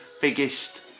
biggest